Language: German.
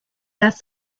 das